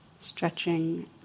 stretching